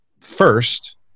first